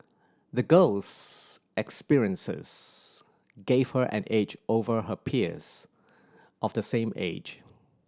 the girl's experiences gave her an edge over her peers of the same age